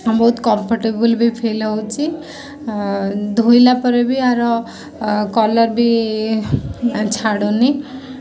ବହୁତ କମ୍ଫଟେବୁଲ୍ ବି ଫିଲ୍ ହେଉଛି ଧୋଇଲା ପରେ ବି ଆର କଲର୍ ବି ଛାଡ଼ୁନି